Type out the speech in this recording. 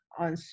on